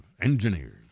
Engineers